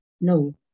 No